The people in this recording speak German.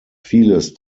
vieles